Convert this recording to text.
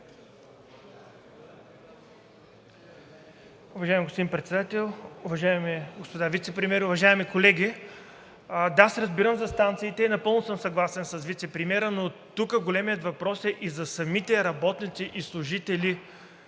Уважаеми господин Председател, уважаеми господа вицепремиери, уважаеми колеги! Да, аз разбирам за станциите и напълно съм съгласен с вицепремиера, но тук големият въпрос е и за самите работници и служители.